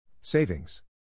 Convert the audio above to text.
savings